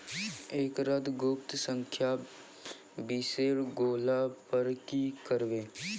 एकरऽ गुप्त संख्या बिसैर गेला पर की करवै?